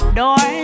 door